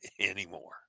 anymore